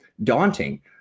Daunting